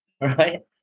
right